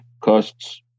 costs